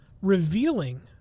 revealing